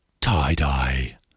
Tie-dye